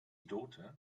daughter